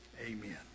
Amen